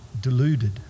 deluded